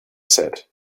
said